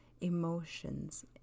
emotions